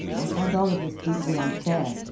i fiind all of this deeply unfair.